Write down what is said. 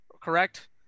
correct